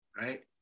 right